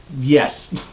Yes